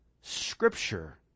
scripture